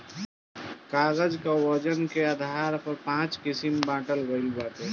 कागज कअ वजन के आधार पर पाँच किसिम बांटल गइल बाटे